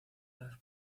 los